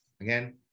Again